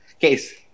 case